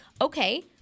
okay